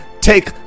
take